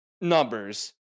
numbers